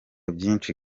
byinshi